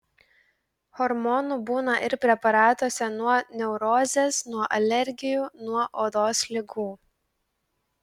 hormonų būna ir preparatuose nuo neurozės nuo alergijų nuo odos ligų